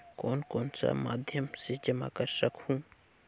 कौन कौन सा माध्यम से जमा कर सखहू?